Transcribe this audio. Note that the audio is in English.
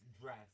dress